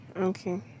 Okay